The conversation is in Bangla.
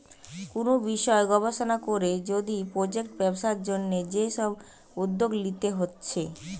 কুনু বিষয় গবেষণা কোরে যদি প্রজেক্ট ব্যবসার জন্যে যে সব উদ্যোগ লিতে হচ্ছে